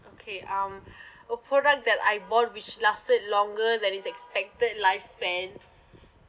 okay um a product that I bought which lasted longer than its expected lifespan